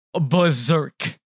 berserk